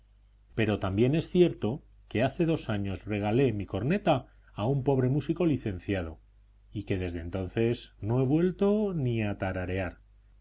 pero también es cierto que hace dos años regalé mi corneta a un pobre músico licenciado y que desde entonces no he vuelto ni a tararear